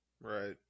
Right